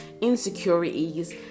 insecurities